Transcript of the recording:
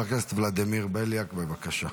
חבר הכנסת ולדימיר בליאק, בבקשה.